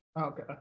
Okay